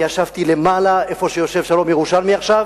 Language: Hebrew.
אני ישבתי למעלה, במקום שיושב שלום ירושלמי עכשיו,